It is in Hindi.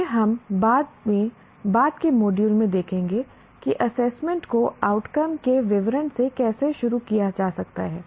यह हम बाद में बाद के मॉड्यूल में देखेंगे कि एसेसमेंट को आउटकम्स के विवरण से कैसे शुरू किया जा सकता है